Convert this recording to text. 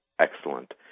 excellent